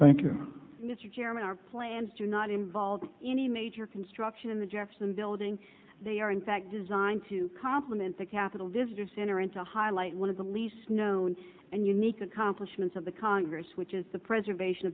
you mr chairman our plans do not involve any major construction in the jefferson building they are in fact designed to complement the capitol visitor center and to highlight one of the least known and unique accomplishments of the congress which is the preservation